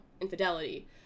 infidelity